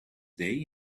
day